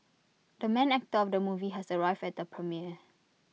the main actor of the movie has arrived at the premiere